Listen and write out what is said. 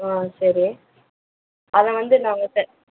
ஆ சரி அதை வந்து நாங்கள் ச